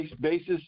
basis